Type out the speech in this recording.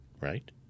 right